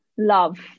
love